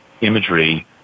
imagery